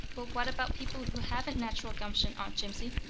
but what about people who haven't natural gumption, aunt jimsie?